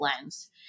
lens